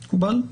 מקובל?